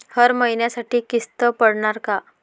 हर महिन्यासाठी किस्त पडनार का?